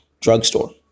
drugstore